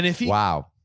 Wow